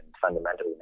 fundamentally